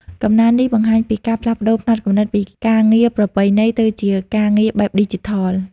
កំណើននេះបង្ហាញពីការផ្លាស់ប្តូរផ្នត់គំនិតពីការងារប្រពៃណីទៅជាការងារបែបឌីជីថល។